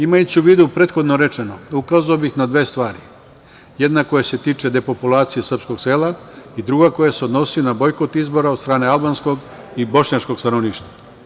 Imajući u vidu prethodno rečeno, ukazao bih na dve stvari, jedna koja se tiče depopulacije srpskog sela, i druga koja se odnosi na bojkot izbora od stane albanskog i bošnjačkog stanovništva.